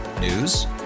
News